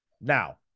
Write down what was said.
Now